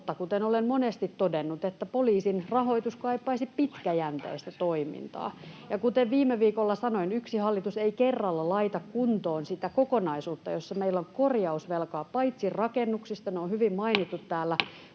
kuten olen monesti todennut, että poliisin rahoitus kaipaisi pitkäjänteistä toimintaa. Kuten viime viikolla sanoin, yksi hallitus ei kerralla laita kuntoon sitä kokonaisuutta, jossa meillä on korjausvelkaa paitsi rakennuksista, ne on hyvin mainittu täällä,